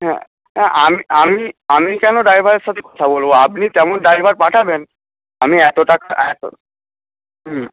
হ্যাঁ আমি আমি আমি কেন ড্রাইভারের সাথে কথা বলবো আপনি তেমন ড্রাইভার পাঠাবেন আমি এতো টাকা এতো